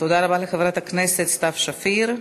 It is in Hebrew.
תודה רבה לחברת הכנסת סתיו שפיר.